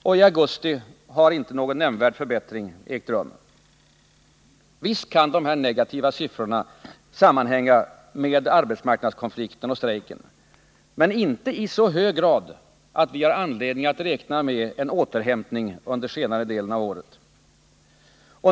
Och i augusti har inte någon nämnvärd förbättring ägt rum. Visst kan de här negativa siffrorna sammanhänga med arbetsmarknadskonflikten och strejken, men inte i så hög grad att vi har anledning att räkna med en återhämtning under senare delen av året.